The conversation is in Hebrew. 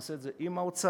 נעשה את זה עם האוצר,